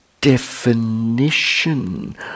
definition